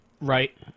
Right